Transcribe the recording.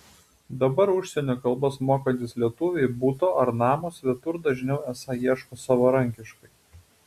dabar užsienio kalbas mokantys lietuviai buto ar namo svetur dažniau esą ieško savarankiškai